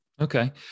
Okay